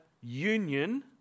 union